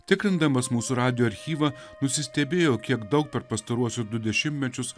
tikrindamas mūsų radijo archyvą nusistebėjau kiek daug per pastaruosius du dešimtmečius